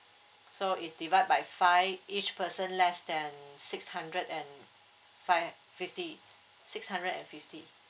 so if divide by five each person less than six hundred and five fifty six hundred and fifty